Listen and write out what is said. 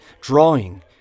drawing